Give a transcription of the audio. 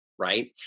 Right